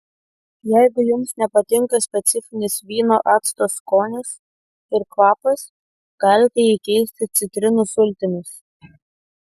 jeigu jums nepatinka specifinis vyno acto skonis ir kvapas galite jį keisti citrinų sultimis